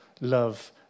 Love